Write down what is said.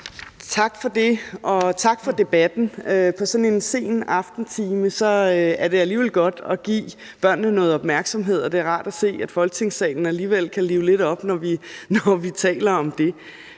Tak for det, og tak for debatten. I sådan en sen aftentime er det alligevel godt at give børnene noget opmærksomhed, og det er rart at se, at Folketingssalen alligevel kan live op, når vi taler om det.